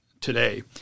today